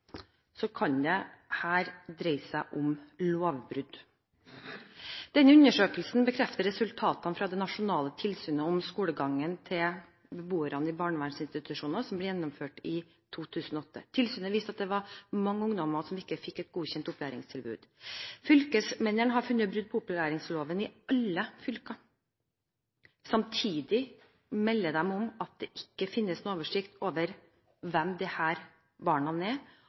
det her dreie seg om lovbrudd». Denne undersøkelsen bekrefter resultatene fra det nasjonale tilsynet om skolegangen til beboerne i barnevernsinstitusjoner som ble gjennomført i 2008. Tilsynet viste at det var mange ungdommer som ikke fikk et godkjent opplæringstilbud. Fylkesmennene har funnet brudd på opplæringsloven i alle fylker. Samtidig melder de